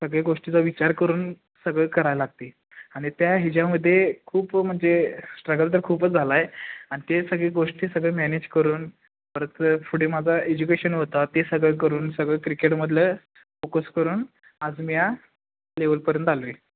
सगळ्या गोष्टीचा विचार करून सगळं करायला लागते आणि त्या ह्याच्यामध्ये खूप म्हणजे स्ट्रगल तर खूपच झाला आहे आणि ते सगळी गोष्टी सगळे मॅनेज करून परत पुढे माझं एज्युकेशन होतं ते सगळं करून सगळं क्रिकेटमधलं फोकस करून आज मी या लेवलपर्यंत आलो आहे